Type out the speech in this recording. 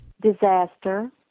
Disaster